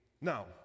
now